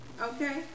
Okay